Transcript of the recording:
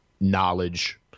knowledge